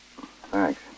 Thanks